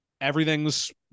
everything's